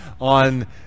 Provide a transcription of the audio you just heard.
on